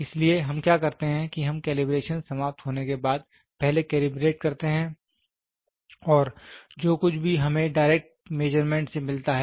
इसलिए हम क्या करते हैं कि हम कैलिब्रेशन समाप्त होने के बाद पहले कैलिब्रेट करते हैं और जो कुछ भी हमें डायरेक्ट मेजरमेंट में मिलता है